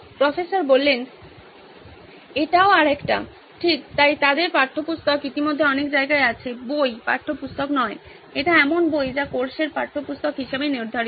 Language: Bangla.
প্রফেসর এটিও আরেকটি ঠিক তাই তাদের পাঠ্যপুস্তক ইতিমধ্যে অনেক জায়গায় আছে বই পাঠ্যপুস্তক নয় এটি এমন বই যা কোর্সের পাঠ্যপুস্তক হিসাবে নির্ধারিত